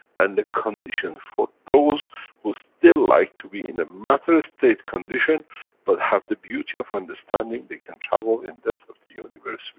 and the condition for those who still like to be in a matter-state condition but have the beauty of understanding they can travel in depth of the universe,